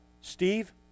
Steve